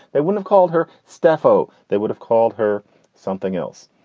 they would have called her steph o. they would have called her something else.